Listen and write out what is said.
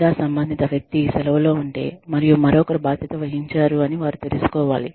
లేదా సంబంధిత వ్యక్తి సెలవులో ఉంటే మరియు మరొకరు బాధ్యత వహించారు అని వారు తెలుసుకోవాలి